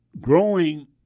growing